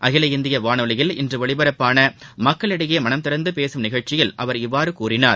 அகில இந்திய வானொலியில் இன்று ஒலிபரப்பான மக்களிடையே மனம் திறந்து பேசும் நிகழ்ச்சியில் அவர் இவ்வாறு கூறினார்